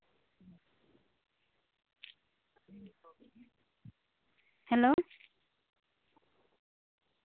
hello